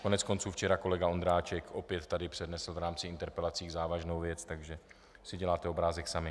Koneckonců včera kolega Ondráček tady opět přednesl v rámci interpelací závažnou věc, takže si uděláte obrázek sami.